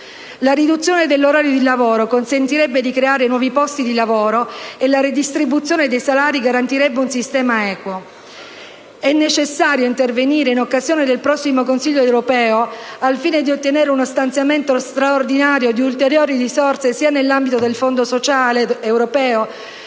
La riduzione dell'orario di lavoro, poi, consentirebbe di creare nuovi posti di lavoro e la redistribuzione dei salari garantirebbe un sistema equo. È necessario intervenire in occasione del prossimo Consiglio europeo al fine di ottenere uno stanziamento straordinario di ulteriori risorse sia nell'ambito del Fondo sociale europeo